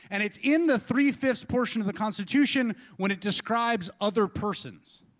and it's in the three-fifths portions of the constitution when it describes other persons